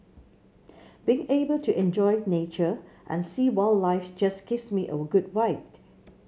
being able to enjoy nature and seeing wildlife just gives me a good vibe